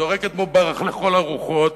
זורק את מובארק לכל הרוחות,